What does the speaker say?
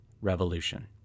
revolution